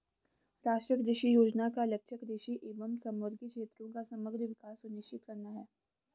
राष्ट्रीय कृषि योजना का लक्ष्य कृषि एवं समवर्गी क्षेत्रों का समग्र विकास सुनिश्चित करना है